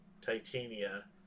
Titania